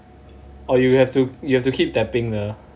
oh you have to you have to keep tapping the